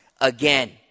again